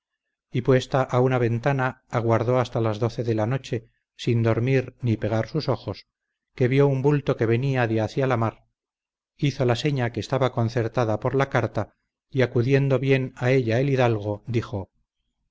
y puesta a una ventana aguardó hasta las doce de la noche sin dormir ni pegar sus ojos que vió un bulto que venía de hacia la mar hizo la seña que estaba concertada por la carta y acudiendo bien a ella el hidalgo dijo